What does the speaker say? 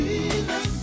Jesus